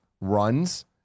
runs